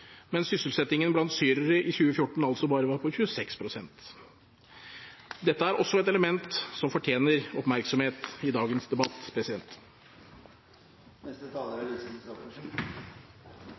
sysselsettingen blant syrere i 2014 altså bare var på 26 pst. Dette er også et element som fortjener oppmerksom i dagens debatt.